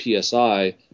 PSI